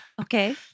Okay